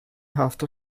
hafta